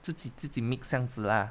自己 mix 这样子啦